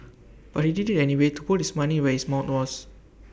but he did IT anyway to put his money where his mouth was